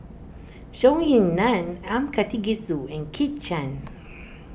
Zhou Ying Nan M Karthigesu and Kit Chan